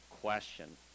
question